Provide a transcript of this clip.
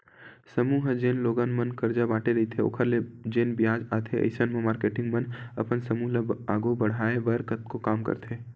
समूह ह जेन लोगन मन करजा बांटे रहिथे ओखर ले जेन बियाज आथे अइसन म मारकेटिंग मन अपन समूह ल आघू बड़हाय बर कतको काम करथे